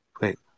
Wait